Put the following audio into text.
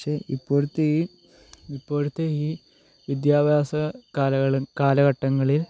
പക്ഷേ ഇപ്പോഴത്തെ ഈ ഇപ്പോഴത്തെ ഈ വിദ്യാഭ്യാസ കാലകള് കാലഘട്ടങ്ങളിൽ